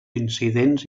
incidents